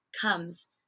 comes